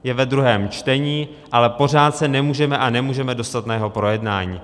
Je ve druhém čtení, ale pořád se nemůžeme a nemůžeme dostat na jeho projednání.